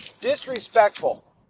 disrespectful